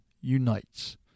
unites